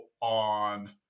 on